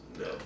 No